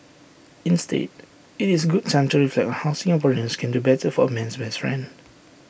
instead IT is A good time to reflect on how Singaporeans can do better for man's best friend